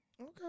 Okay